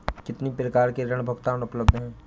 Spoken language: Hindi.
कितनी प्रकार के ऋण भुगतान उपलब्ध हैं?